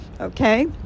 Okay